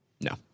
no